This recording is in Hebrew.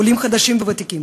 עולים חדשים וותיקים.